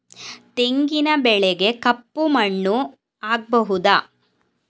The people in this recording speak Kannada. ತೆಂಗಿನ ಬೆಳೆಗೆ ಕಪ್ಪು ಮಣ್ಣು ಆಗ್ಬಹುದಾ?